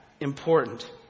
important